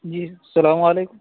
جی السّلام علیکم